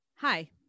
Hi